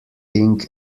thing